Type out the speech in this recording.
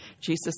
Jesus